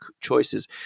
choices